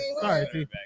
sorry